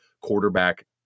quarterback